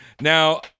now